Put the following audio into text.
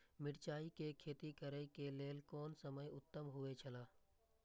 मिरचाई के खेती करे के लेल कोन समय उत्तम हुए छला?